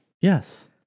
Yes